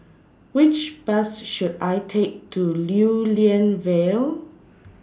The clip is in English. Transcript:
Which Bus should I Take to Lew Lian Vale